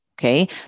Okay